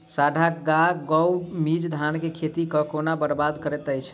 साढ़ा या गौल मीज धान केँ खेती कऽ केना बरबाद करैत अछि?